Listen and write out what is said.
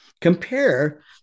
Compare